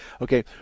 Okay